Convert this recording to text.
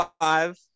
five